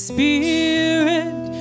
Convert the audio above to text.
Spirit